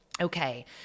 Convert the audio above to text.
Okay